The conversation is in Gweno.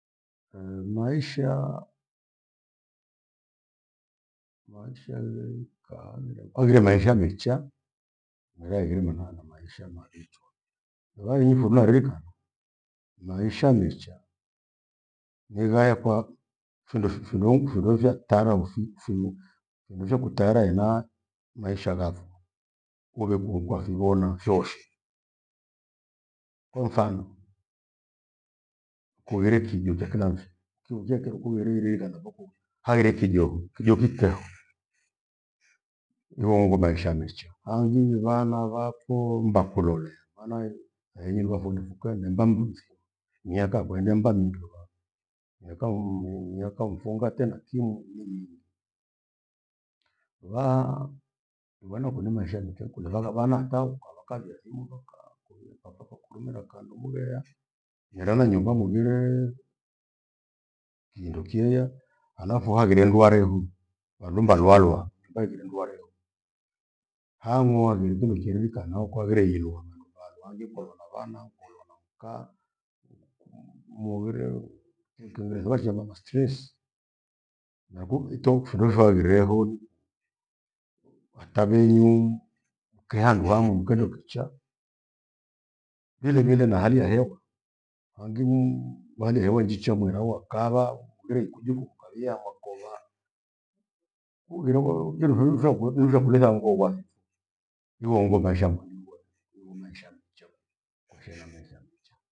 maisha. Maisha yavirika kwaghire maisha mecha, nilaghire mana ana maisha marichwa yuvainyi fuviarika. Maisha mecha, nighae kwa- findo fifindo huu findo vya tara uthi firu kemushe kutara ena maisha ghafwa. Uveku nkwafighona fyoshe, kwamfano, kughiri kijo chakila mfe kiuki akywe kughereherera na voko uwie haghira kijo e kijo kijokikeho, ihongo maisha mecha. Hangi ni vana vapho mbakololea, maana i ehindwa funde fukende mbamburi mzima, miaka kuendea mbamindubha, miaka uum- miaka mfungate na timu ibhii. Va- vana vako ni mishamite kula vagha vana ata ukawakawia thimu vakaa kwi vakakakuinda kandumbureya. Mira na nyumba mwighiree kindo kyeyeya halafu haghire ndwali huu, valumba luwaluwa tubaghire ndwareho. Hamwa kindo kile cheririka na naukwaghire hiluwana lubhagwa hangi kuolewa na vana nkuolewa na mkaa uku- muhoghire ikinginde swasha na mastress. Naku itoki findo fwagwire ehoni, watavenyu nkihandu hamu nkendo kichaa, vilevile na hali ya hewa, kwangimuu hali ya hewa njicha mwira huu wa kava hungire ikuju kukukawia mokolaa. Hughire wewe kindu fyeru vakwe nivakutha ngoo wathethi. Hiwongo maisha maliwathe iwe maisha mesha kweri maisha ena mesha mcha.